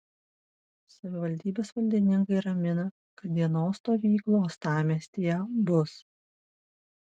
savivaldybės valdininkai ramina kad dienos stovyklų uostamiestyje bus